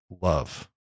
love